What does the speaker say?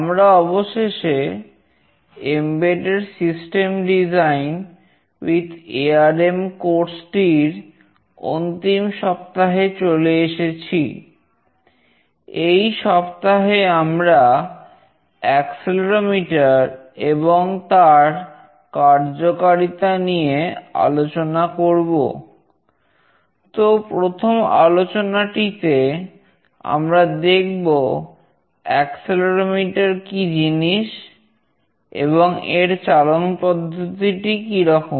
আমরা অবশেষে embedded system design with ARM কি জিনিস এবং এর চালন পদ্ধতিটি কি রকম